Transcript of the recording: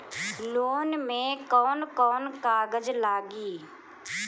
Loan में कौन कौन कागज लागी?